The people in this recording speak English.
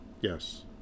Yes